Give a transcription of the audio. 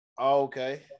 Okay